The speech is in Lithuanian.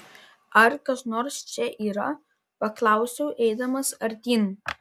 ar kas nors čia yra paklausiau eidamas artyn